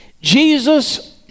Jesus